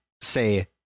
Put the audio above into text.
say